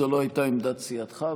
זו לא הייתה עמדת סיעתך,